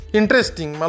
interesting